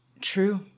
true